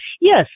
Yes